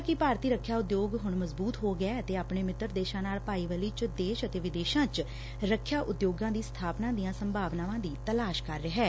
ਉਨਾਂ ਕਿਹਾ ਕਿ ਭਾਰਤੀ ਰੱਖਿਆ ਉਦਯੋਗ ਹੁਣ ਮਜਬੁਤ ਹੋ ਗਿਐ ਅਤੇ ਆਪਣੇ ਸਿੱਤਰ ਦੇਸਾਂ ਨਾਲ ਭਾਈਵਾਲੀ ਚ ਦੇਸ਼ ਅਤੇ ਵਿਦੇਸਾਂ ਚ ਰਖਿਆ ਉਦਯੋਗਾਂ ਦੀ ਸਬਾਪਨਾ ਦੀਆਂ ਸੰਭਾਵਨਾਵਾਂ ਦੀ ਤਲਾਸ਼ ਕਰ ਰਿਹੈ